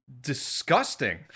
disgusting